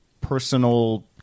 personal